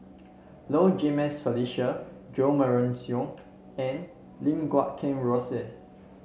Low Jimenez Felicia Jo Marion Seow and Lim Guat Kheng Rosie